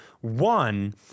One